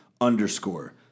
underscore